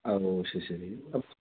ആ ഓ ശരി ശരി അപ്